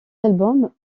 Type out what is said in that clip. albums